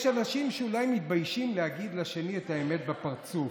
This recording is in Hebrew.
יש אנשים שאולי מתביישים להגיד לשני את האמת בפרצוף,